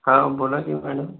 हा बोला की मॅडम